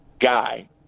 guy